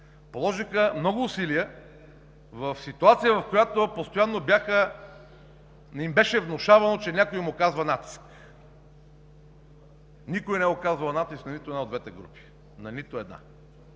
Положиха много усилия в ситуация, в която постоянно им беше внушавано, че някой им оказва натиск. Никой не е оказвал натиск на нито една от двете групи – на нито една.